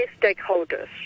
stakeholders